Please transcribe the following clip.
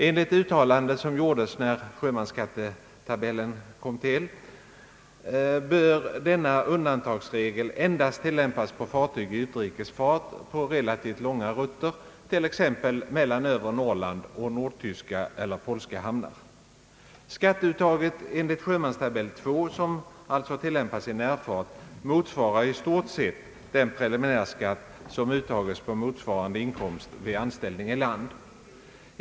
Enligt uttalanden som gjordes när sjömansskatteförordningen kom till bör denna undantagsregel endast tilllämpas på fartyg i utrikes fart på relativt långa rutter, t.ex. mellan hamnar i övre Norrland och nordtyska eller polska hamnar. Skatteuttaget enligt sjömansskattetabell II — som tillämpas i närfart — motsvarar i stort sett den preliminärskatt som uttages på motsvarande inkomst vid anställning i land.